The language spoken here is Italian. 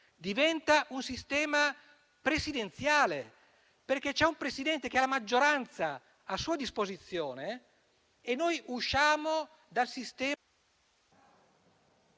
diventa un sistema presidenziale, perché c'è un Presidente che ha la maggioranza a sua disposizione e noi usciamo dal sistema,